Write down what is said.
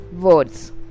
words